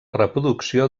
reproducció